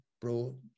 brought